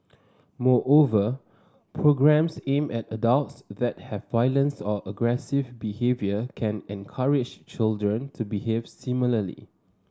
moreover programmes aimed at adults that have violence or aggressive behaviour can encourage children to behave similarly